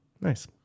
Nice